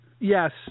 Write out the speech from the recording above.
Yes